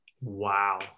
Wow